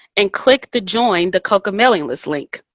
and click the join the coca mailing list link.